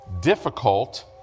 difficult